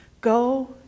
go